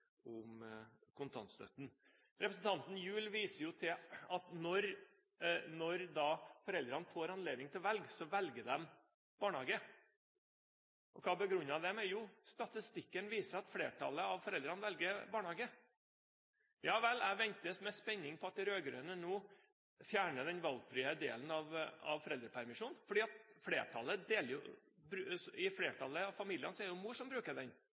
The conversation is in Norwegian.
om kontantstøtten. Representanten Gjul viser til at når foreldrene får anledning til å velge, velger de barnehage. Og hva begrunner hun det med? Jo, statistikken viser at flertallet av foreldrene velger barnehage. Ja vel, jeg venter med spenning på at de rød-grønne nå fjerner den valgfrie delen av foreldrepermisjonen, for i flertallet av familiene er det jo mor som bruker den.